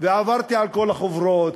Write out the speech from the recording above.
ועברתי על כל החוברות,